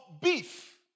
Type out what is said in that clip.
beef